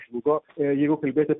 žlugo jeigu kalbėti